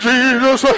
Jesus